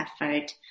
effort